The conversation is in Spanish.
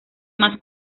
más